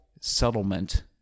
settlement